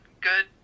good